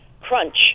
crunch